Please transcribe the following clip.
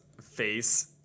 face